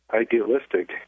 idealistic